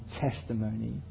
testimony